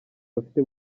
bafite